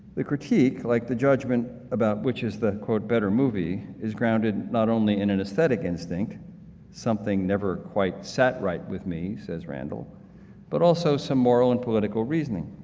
the critique, like the judgment about which is the better movie is grounded not only in an aesthetic instinct something never quite sat right with me, says randall but also some moral and political reasoning.